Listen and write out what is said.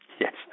Yes